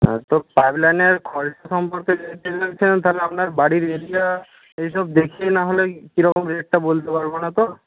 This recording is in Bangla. হ্যাঁ তো পাইপ লাইনের খরচা সম্পর্কে জানতে চাইছেন তাহলে আপনার বাড়ির এরিয়া এইসব দেখে না হলে কীরকম রেটটা বলতে পারব না তো